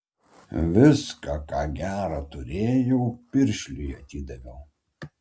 viską ką gera turėjau piršliui atidaviau